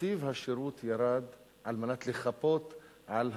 שטיב השירות ירד על מנת לחפות על ה"הפסדים"